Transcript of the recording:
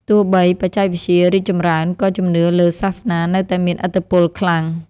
ទោះបីបច្ចេកវិទ្យារីកចម្រើន ក៏ជំនឿលើសាសនានៅតែមានឥទ្ធិពលខ្លាំង។